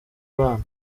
abana